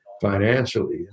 financially